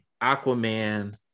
Aquaman